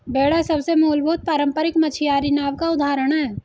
बेड़ा सबसे मूलभूत पारम्परिक मछियारी नाव का उदाहरण है